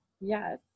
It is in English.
yes